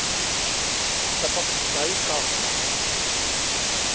टपक सिंचाई का होला?